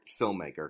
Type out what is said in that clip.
filmmaker